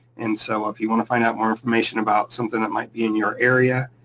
and so, if you wanna find out more information about something that might be in your area,